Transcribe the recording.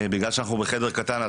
בגלל שאנחנו בחדר קטן,